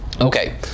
Okay